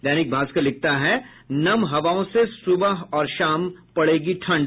दैनिक भास्कर लिखता है नम हवाओं से सुबह शाम पड़ेगी ठंड